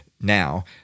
now